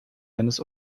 eines